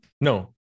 No